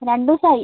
രണ്ട് ദിവസായി